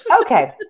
Okay